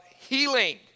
healing